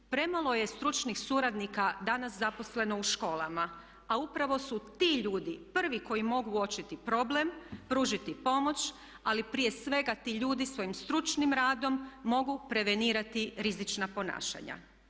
Premalo je stručnih suradnika danas zaposleno u školama, a upravo su ti ljudi prvi koji mogu uočiti problem, pružiti pomoć, ali prije svega ti ljudi svojim stručnim radom mogu prevenirati rizična ponašanja.